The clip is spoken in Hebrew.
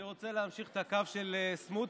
אני רוצה להמשיך את הקו של סמוטריץ'.